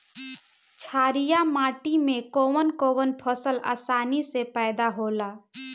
छारिया माटी मे कवन कवन फसल आसानी से पैदा होला?